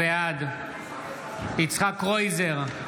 בעד יצחק קרויזר,